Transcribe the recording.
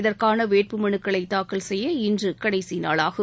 இதற்கான வேட்புமனுக்களை தாக்கல் செய்ய இன்று கடைசி நாளாகும்